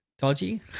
Dodgy